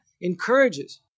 encourages